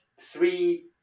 three